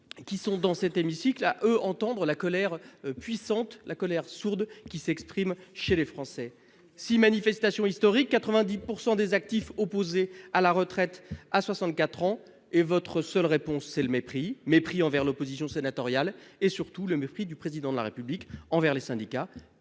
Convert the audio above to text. qui sont dans cet hémicycle à entendre la colère sourde, mais puissante, qui s'exprime chez les Français : six manifestations historiques, 90 % des actifs opposés à la retraite à 64 ans, et votre seule réponse, c'est le mépris. Mépris envers l'opposition sénatoriale. Mépris, surtout, du Président de la République envers les syndicats,